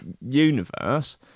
universe